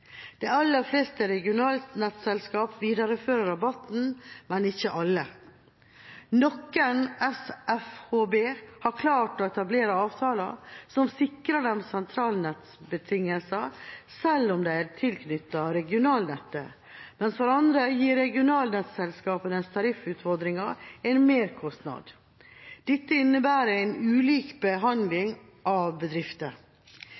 De aller fleste regionalnettselskapene viderefører rabatten, men ikke alle. Noen SFHB har klart å etablere avtaler som sikrer dem sentralnettbetingelser, selv om de er tilknyttet regionalnettet, mens for andre gir regionalnettselskapenes tariffutforming en merkostnad. Dette innebærer en ulik behandling av bedrifter.